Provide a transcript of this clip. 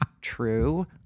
true